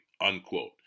unquote